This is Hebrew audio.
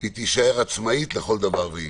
והיא תישאר עצמאית לכל דבר ועניין.